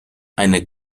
eine